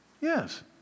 Yes